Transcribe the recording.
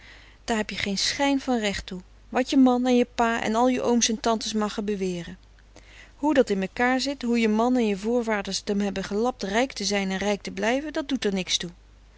daar heb je geen schijn van recht toe wat je man en je pa en al je ooms en tantes magge bewere hoe dat in mekaar zit hoe je man en je voorvaders t m hebben gelapt rijk te zijn en rijk te blijven dat doet er niks toe